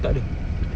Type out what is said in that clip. tak ada